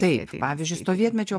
taip pavyzdžiui sovietmečio